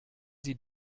sie